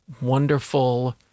wonderful